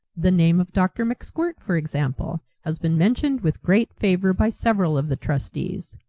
the name of dr. mcskwirt, for example, has been mentioned with great favour by several of the trustees.